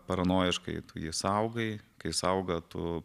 paranojiškai tu jį saugai kai jis auga tu